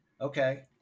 Okay